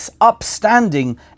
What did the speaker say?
upstanding